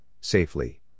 safely